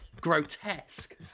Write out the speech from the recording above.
grotesque